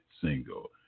single